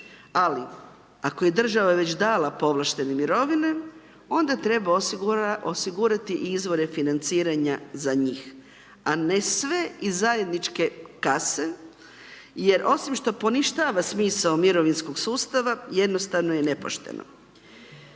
ali ako je država povlaštene mirovine onda treba osigurati izvore financiranja za njih a ne sve iz zajedničke kase jer osim što poništava smisao mirovinskog sustava jednostavno nepošteno.